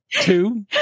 two